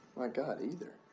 my god, either.